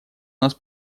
нас